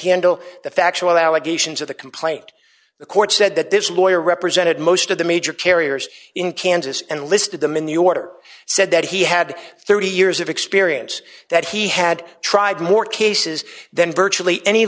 handle the factual allegations of the complaint the court said that this lawyer represented most of the major carriers in kansas and listed them in the order said that he had thirty years of experience that he had tried more cases than virtually any